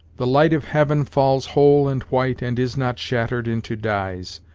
the light of heaven falls whole and white and is not shattered into dyes,